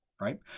Right